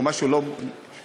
או משהו לא נכון.